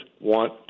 want